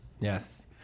yes